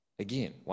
Again